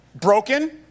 broken